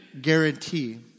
guarantee